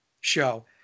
show